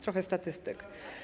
Trochę statystyk.